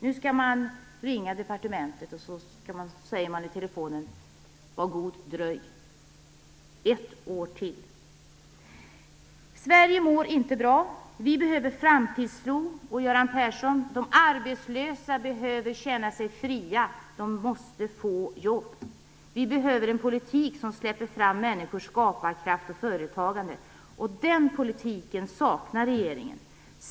När man nu ringer departementet får man svaret: Var god dröj ett år till! Sverige mår inte bra. Vi behöver framtidstro. De arbetslösa behöver känna sig fria, Göran Persson. De måste få jobb. Vi behöver en politik som släpper fram människors skaparkraft och företagande. Den politiken saknar regeringen.